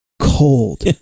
cold